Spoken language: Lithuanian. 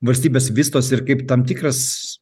valstybės vystosi ir kaip tam tikras